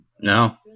No